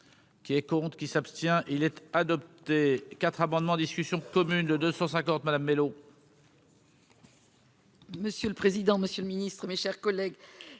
qu'il est con. Qui s'abstient, il était adopté 4 amendements en discussion commune de 250 Madame Mellow. Monsieur le président, Monsieur le Ministre, mes chers collègues,